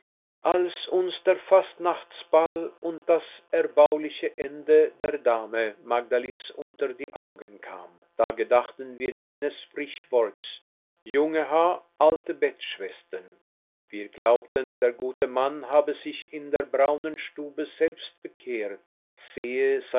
als uns der fastnachtsball und das erbauliche ende der dame magdalis unter die augen kam da gedachten wir jenes sprichworts junge h n alte betschwestern wir glaubten der gute mann habe sich in der braunen stube selbst bekehrt sehe